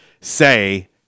say